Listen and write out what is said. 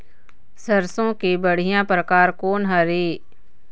सरसों के बढ़िया परकार कोन हर ये?